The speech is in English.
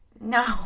No